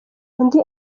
undi